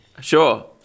Sure